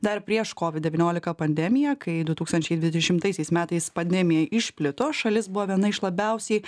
dar prieš covid devyniolika pandemiją kai du tūkstančiai dvidešimtaisiais metais pandemija išplito šalis buvo viena iš labiausiai